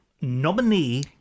nominee